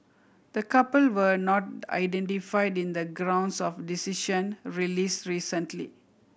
the couple were not identified in the grounds of decision released recently